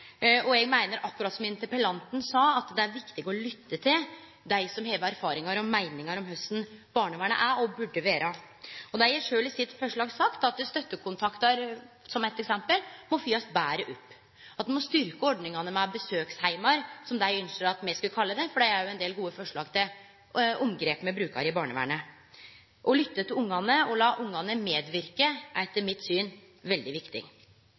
Eg meiner akkurat som interpellanten sa, at det er viktig å lytte til dei som har erfaringar og meiningar om korleis barnevernet er og burde vere. Dei har sjølve i sitt forslag sagt at støttekontaktar, som eit eksempel, må følgjast betre opp, at ein må styrkje ordninga med besøksheimar, som er det dei ønskjer at me skal kalle det – for det er ein del gode forslag til omgrep ein brukar i barnevernet. Å lytte til barna og la barna medverke er etter mitt syn veldig viktig.